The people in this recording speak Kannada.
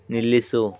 ನಿಲ್ಲಿಸು